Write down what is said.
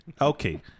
Okay